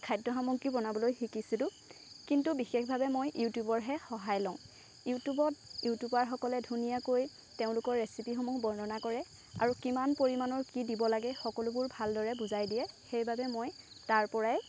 খাদ্য সামগ্ৰী বনাবলৈ শিকিছিলোঁ কিন্তু বিশেষভাৱে মই ইউটিউবৰহে সহায় লওঁ উইটিউবত ইউটিউবাৰসকলে ধুনীয়াকৈ তেওঁলোকৰ ৰেচিপিসমূহ বৰ্ণনা কৰে আৰু কিমান পৰিমাণৰ কি দিব লাগে সকলোবোৰ ভালদৰে বুজাই দিয়ে সেইবাবে মই তাৰ পৰাই